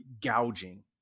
gouging